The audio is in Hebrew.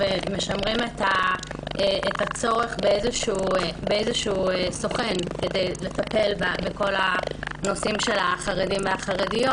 משמרים את הצורך באיזשהו סוכן כדי לטפל בכל הנושאים של החרדים והחרדיות.